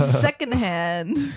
secondhand